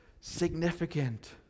significant